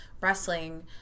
wrestling